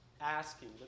asking